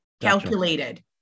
calculated